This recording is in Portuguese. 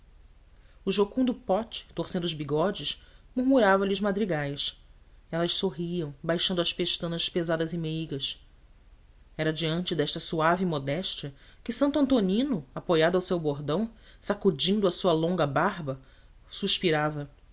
o jucundo pote torcendo os bigodes murmurava lhes madrigais elas sorriam baixando as pestanas pesadas e meigas era diante desta suave modéstia que santo antonino apoiado ao seu bordão sacudindo a sua longa barba suspirava